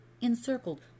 encircled